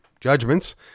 judgments